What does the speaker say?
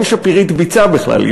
אין שפירית ביצה בכלל.